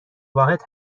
واحد